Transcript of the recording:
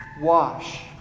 Wash